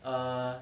uh